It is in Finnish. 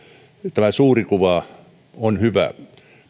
tämä suuri kuva on hyvä